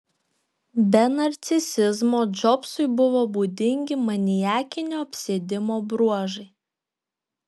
be narcisizmo džobsui buvo būdingi maniakinio apsėdimo bruožai